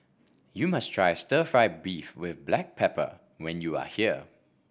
you must try stir fry beef with Black Pepper when you are here